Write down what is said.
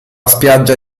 spiaggia